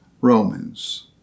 Romans